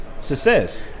Success